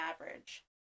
average